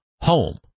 home